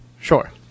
Sure